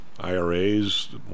IRAs